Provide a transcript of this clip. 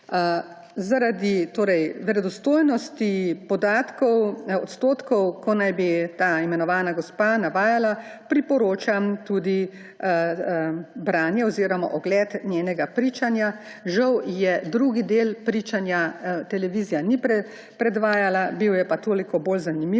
Zaradi verodostojnosti podatkov o odstotkih, ki jih naj bi ta imenovana gospa navajala, priporočam tudi branje oziroma ogled njenega pričanja. Žal drugega dela pričanja televizija ni predvajala, bil je pa toliko bolj zanimiv.